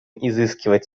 изыскивать